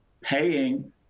paying